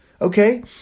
okay